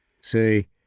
Say